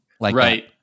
Right